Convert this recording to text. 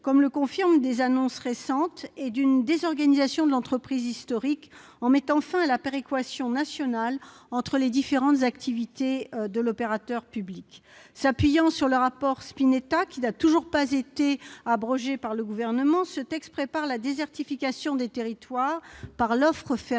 comme le confirment des annonces récentes, et d'une désorganisation de l'entreprise historique, en mettant fin à la péréquation nationale entre les différentes activités de l'opérateur public. S'appuyant sur le rapport Spinetta qui n'a toujours pas été renié par le Gouvernement, ce texte prépare la désertification des territoires par la réduction